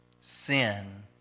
sin